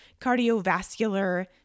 cardiovascular